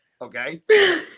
Okay